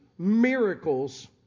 miracles